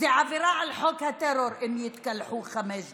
זה עבירה על חוק הטרור אם יתקלחו חמש דקות.